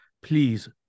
please